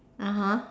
(uh huh)